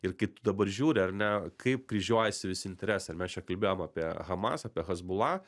ir kai tu dabar žiūri ar ne kaip kryžiuojasi visi interesai ir mes čia kalbėjom apie hamas apie hezbola